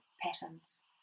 patterns